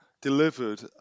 delivered